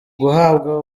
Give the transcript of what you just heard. guhabwa